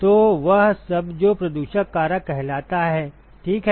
तो वह सब जो प्रदूषक कारक कहलाता है ठीक है